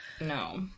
No